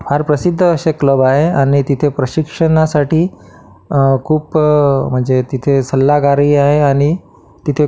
फार प्रसिद्ध असे क्लब आहे आणि तिथे प्रशिक्षणासाठी खूप म्हणजे तिथे सल्लागारही आहे आणि तिथे